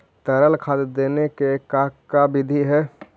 तरल खाद देने के का बिधि है?